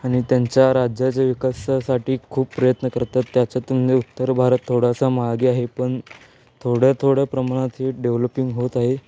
आणि त्यांच्या राज्याच्या विकासासाठी खूप प्रयत्न करतात त्याच्यात म्हणजे उत्तर भारत थोडासा मागे आहे पण थोड्या थोड्या प्रमाणात हे डेव्हलपिंग होत आहे